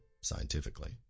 scientifically